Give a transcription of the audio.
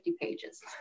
pages